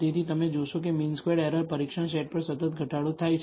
તેથી તમે જોશો કે મીન સ્ક્વેર્ડ એરર પરીક્ષણ સેટ પર સતત ઘટાડો થાય છે